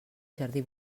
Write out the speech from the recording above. jardí